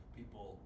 people